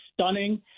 stunning